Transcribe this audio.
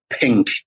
pink